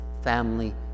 family